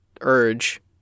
urge